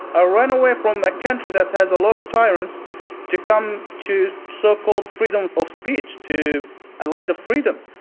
ah ran away from a country that has a lot of tyrants to come to so-called freedom of speech, to a land of freedom,